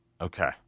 Okay